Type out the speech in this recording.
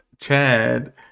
Chad